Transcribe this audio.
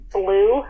blue